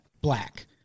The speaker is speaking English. black